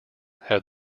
have